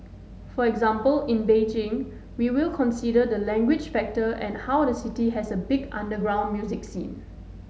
for example in Beijing we will consider the language factor and how the city has a big underground music scene